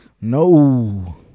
no